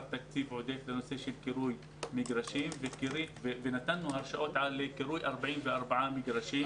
תקציב עודף לנושא של קרוי מגרשים ונתנו הרשאות לקרוי ל-44 מגרשים.